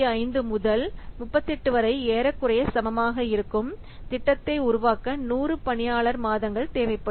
5 முதல் 38 வரை ஏறக்குறைய சமமாக இருக்கும் திட்டத்தை உருவாக்க 100 பணியாளர் மாதங்கள் தேவைப்படும்